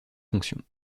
fonction